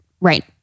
right